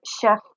Chef